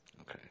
Okay